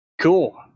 Cool